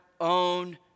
own